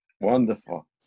wonderful